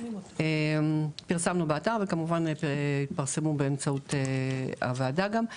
יפרסמו באמצעות הוועדה,